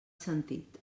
sentit